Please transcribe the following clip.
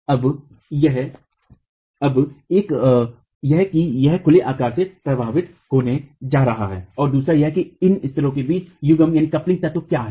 अब एक यह कि यह खुले आकार से प्रभावित होने जा रहा है और दूसरा यह कि इन स्तरों के बीच युग्मन तत्व क्या है